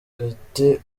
kate